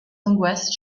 angoisses